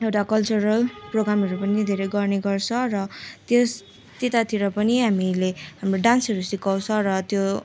एउटा कल्चरल प्रोग्रामहरू पनि धेरै गर्ने गर्छ र त्यस त्यतातिर पनि हामीले हाम्रो डान्सहरू सिकाउँछ र त्यो